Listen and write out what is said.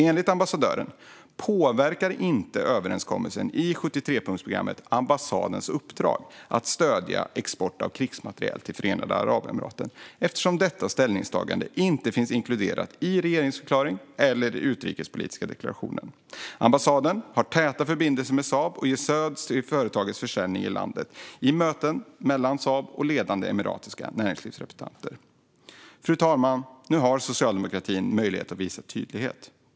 Enligt ambassadören påverkar inte överenskommelsen i 73-punktsprogrammet ambassadens uppdrag att stödja export av krigsmateriel till Förenade Arabemiraten eftersom ställningstagandet inte finns inkluderat i regeringsförklaringen eller den utrikespolitiska deklarationen. Ambassaden har täta förbindelser med Saab och ger stöd till företagets försäljning i landet, i möten mellan Saab och ledande emiratiska näringslivsrepresentanter. Fru talman! Nu har socialdemokratin möjlighet att visa tydlighet.